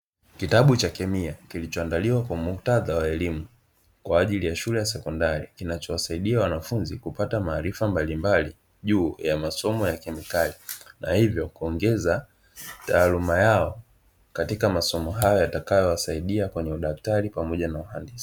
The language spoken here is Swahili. Kitabu cha kemia kilichoandaliwa kwa muktadha wa elimu kwa ajili ya shule ya sekondari kinachowasaidia wanafunzi kupata maarifa mbalimbali juu ya masomo ya kemikali, na hivyo kuongeza taaluma yao katika masomo hayo yatakayowasaidia kwenye udaktari pamoja na uhandisi.